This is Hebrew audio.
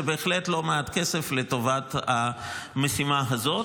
זה בהחלט לא מעט כסף לטובת המשימה הזאת.